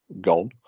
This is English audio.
gone